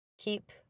Keep